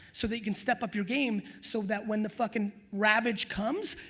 so that you can step up your game so that when the fuckin' ravage comes,